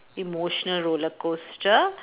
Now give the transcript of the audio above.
emotional roller coaster